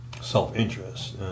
self-interest